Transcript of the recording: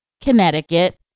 Connecticut